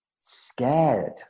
scared